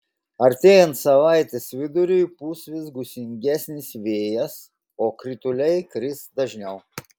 artėjant savaitės viduriui pūs vis gūsingesnis vėjas o krituliai kris dažniau